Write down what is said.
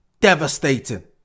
Devastating